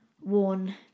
worn